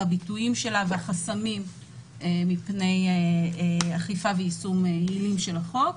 הביטויים והחסמים מפני אכיפה ויישום יעילים של החוק.